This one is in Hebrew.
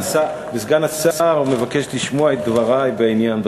וסגן השר מבקש לשמוע את דברי בעניין,